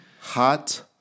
Hot